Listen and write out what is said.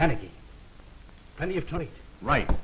panicky plenty of time right